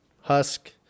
Husk